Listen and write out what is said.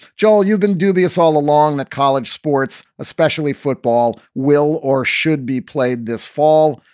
joel, you've been dubious all along that college sports, especially football, will or should be played this fall.